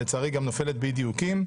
לצערי גם נופלת באי דיוקים,